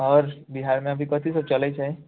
आओर बिहारमे अभी कथी सब चलैत छै